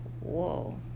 whoa